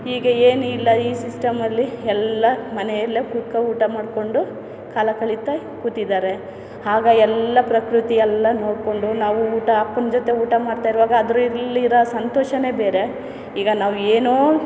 ಈಗ ಏನು ಇಲ್ಲ ಈ ಸಿಸ್ಟಮ್ ಅಲ್ಲಿ ಎಲ್ಲ ಮನೆಯಲ್ಲೆ ಕೂತ್ಕೊ ಊಟ ಮಾಡಿಕೊಂಡು ಕಾಲ ಕಳೀತಾ ಕೂತಿದ್ದಾರೆ ಆಗ ಎಲ್ಲ ಪ್ರಕೃತಿಯಲ್ಲ ನೋಡಿಕೊಂಡು ನಾವು ಊಟ ಅಪ್ಪನ ಜೊತೆ ಊಟ ಮಾಡ್ತಾಯಿರುವಾಗ ಅದರಲ್ಲಿರೋ ಸಂತೋಷವೇ ಬೇರೆ ಈಗ ನಾವು ಏನೋ